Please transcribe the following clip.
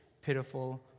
pitiful